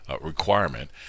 requirement